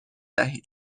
دهید